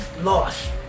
lost